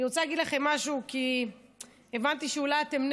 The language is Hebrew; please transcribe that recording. אני רוצה להגיד לכם משהו, כי הבנתי שאולי אתם,